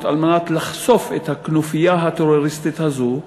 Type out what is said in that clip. כדי לחשוף את הכנופיה הטרוריסטית הזאת,